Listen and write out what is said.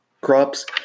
Crops